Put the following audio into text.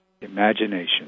imagination